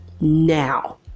now